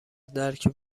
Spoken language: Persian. درک